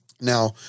Now